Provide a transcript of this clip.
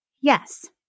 yes